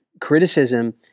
Criticism